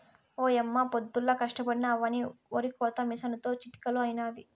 ఓయమ్మ పొద్దుల్లా కష్టపడినా అవ్వని ఒరికోత మిసనుతో చిటికలో అయినాది